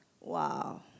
Wow